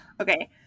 Okay